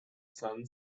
sun